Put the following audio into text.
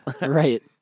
Right